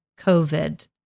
COVID